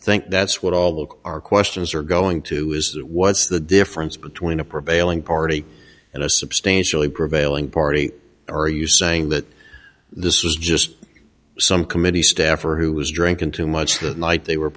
think that's what all our questions are going to is what's the difference between a prevailing party and a substantially prevailing party or are you saying that this is just some committee staffer who was drinking too much that night they were